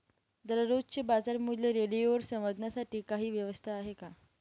दररोजचे बाजारमूल्य रेडिओवर समजण्यासाठी काही व्यवस्था आहे का?